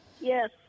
Yes